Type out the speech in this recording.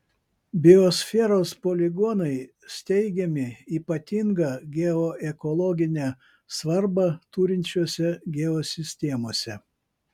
biosferos poligonai steigiami ypatingą geoekologinę svarbą turinčiose geosistemose